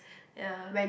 ya